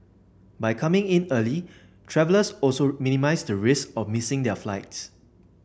by coming in early travellers also minimise the risk of missing their flights